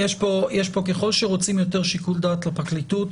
ככל שרוצים יותר שיקול דעת לפרקליטות,